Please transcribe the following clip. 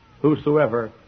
Whosoever